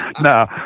No